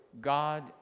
God